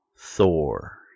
Thor